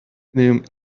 millennium